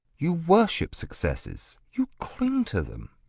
you worship successes. you cling to them.